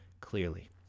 clearly